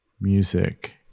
music